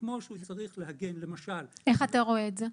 כמו שהוא צריך להגן למשל --- איך אתה רואה את זה?